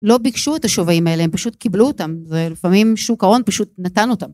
לא ביקשו את השווים האלה הם פשוט קיבלו אותם ולפעמים שוק ההון פשוט נתן אותם